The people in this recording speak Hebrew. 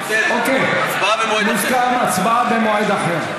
אוקיי, מוסכם: הצבעה במועד אחר.